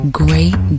great